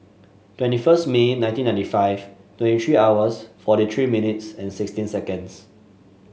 twenty first May nineteen ninety five twenty three hours forty three minutes and sixteen seconds